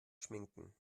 schminken